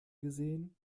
gesehen